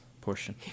portion